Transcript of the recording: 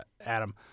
Adam